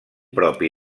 propi